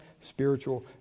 spiritual